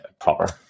proper